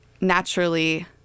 naturally